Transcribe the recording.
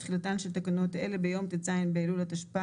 תחילתן של תקנות אלה ביום ט״ז באלול התשפ״א